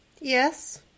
Yes